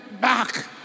back